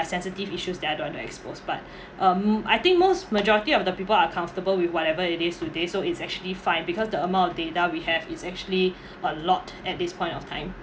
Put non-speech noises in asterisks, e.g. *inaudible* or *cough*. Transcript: sensitive issues that I don't want to expose but *breath* um I think most majority of the people are comfortable with whatever it is today so it's actually fine because the amount of data we have is actually *breath* a lot at this point of time